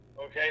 Okay